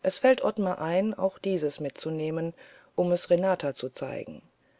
es fällt ottmar ein auch dieses mitzunehmen um es renata zu zeigen